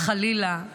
אבל לא לנהל שיחה.